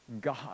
God